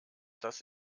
das